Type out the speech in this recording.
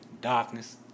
Darkness